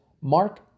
Mark